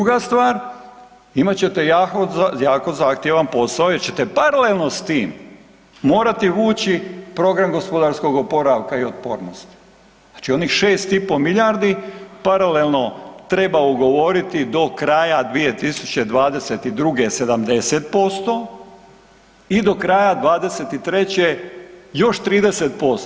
Druga stvar, imat ćete jako zahtjeva posao jer ćete paralelno s tim morati vući program gospodarskog oporavka i otpornosti, znači onih 6,5 milijardi paralelno treba ugovoriti do kraja 2022. 70% i do kraja '23. još 30%